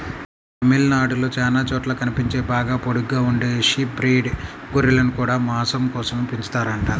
తమిళనాడులో చానా చోట్ల కనిపించే బాగా పొడుగ్గా ఉండే షీప్ బ్రీడ్ గొర్రెలను గూడా మాసం కోసమే పెంచుతారంట